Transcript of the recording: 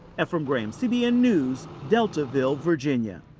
efrem graham, cbn news, deltaville, virginia.